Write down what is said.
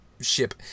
ship